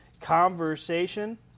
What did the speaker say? conversation